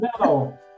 no